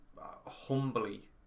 humbly